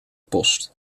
post